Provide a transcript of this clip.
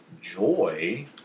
joy